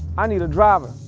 i need a driver.